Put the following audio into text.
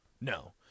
No